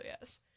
yes